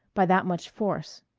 by that much force.